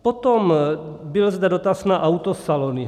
Potom byl zde dotaz na autosalony.